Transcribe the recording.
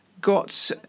got